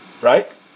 Right